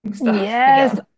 yes